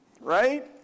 right